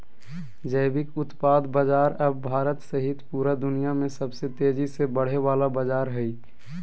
जैविक उत्पाद बाजार अब भारत सहित पूरा दुनिया में सबसे तेजी से बढ़े वला बाजार हइ